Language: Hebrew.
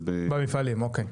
במפעלים, אוקי.